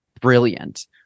brilliant